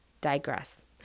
digress